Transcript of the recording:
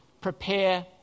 prepare